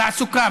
תעסוקה,